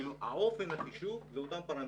אופן החישוב זה אותם פרמטרים.